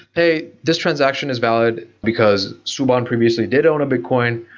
hey, this transaction is valid because subhan previously did own a bitcoin.